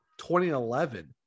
2011